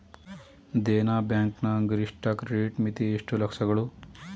Dena bank ನ ಗರಿಷ್ಠ credit ಮಿತಿ ಎಷ್ಟು ಲಕ್ಷಗಳು?